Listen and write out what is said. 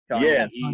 Yes